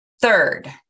Third